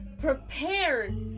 prepared